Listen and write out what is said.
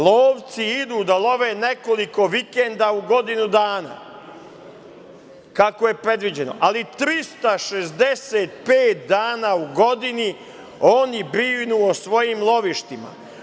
Lovci idu da love nekoliko vikenda u godini dana kako je predviđeno ali 365 dana u godini oni brinu o svojim lovištima.